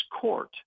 court